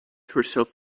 herself